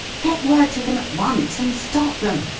get word to them at once and stop them.